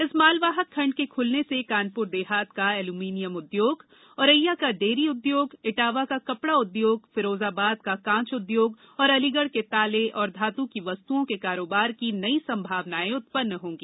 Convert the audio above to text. इस मालवाहक खंड के खुलने से कानपुर देहात का एल्यूमीनियम उद्योग औरैया का डेयरी उद्योग इटावा का कपड़ा उद्योग फिरोजाबाद का कांच उद्योग और अलीगढ़ के ताले और धातु की वस्तुओं के कारोबार की नई संभावनाएं उत्पन्न होंगी